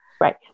Right